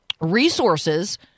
resources